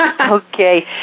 Okay